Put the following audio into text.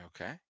Okay